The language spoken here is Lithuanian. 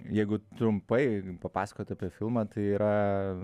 jeigu trumpai papasakot apie filmą tai yra